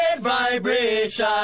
vibration